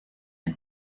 dem